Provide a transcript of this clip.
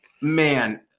Man